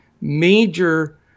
major